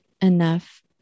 enough